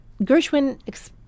Gershwin